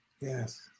Yes